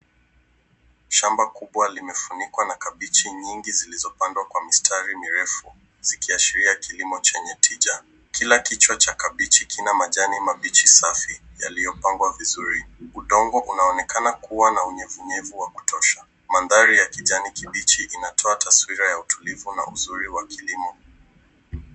Shamba kubwa limefunikwa na kabichi nyingi zilizopandwa kwa mistari mirefu zikiashiria kilimo chenye tija. Kila kichwa cha kabichi kina majani mabichi safi yaliyopangwa vizuri. Udongo unaonekana kuwa na unyevunyevu wa kutosha. Mandhari ya kijani kibichi inatoa taswira ya utulivu na uzuri wa kilimo.